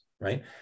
right